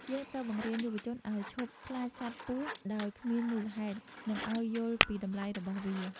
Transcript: យើងត្រូវបង្រៀនយុវជនឱ្យឈប់ខ្លាចសត្វពស់ដោយគ្មានមូលហេតុ និងឱ្យយល់ពីតម្លៃរបស់វា។